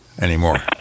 anymore